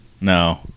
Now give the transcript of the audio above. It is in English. No